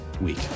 week